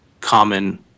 common